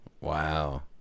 Wow